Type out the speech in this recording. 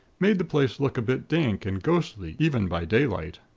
made the place look a bit dank and ghostly, even by daylight.